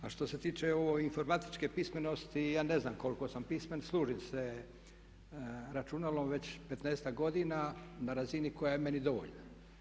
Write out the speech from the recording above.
A što se tiče ove informatičke pismenosti ja ne znam koliko sam pismen, služim se računalo već 15-ak godina na razini koja je meni dovoljna.